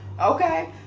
Okay